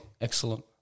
Excellent